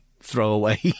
throwaway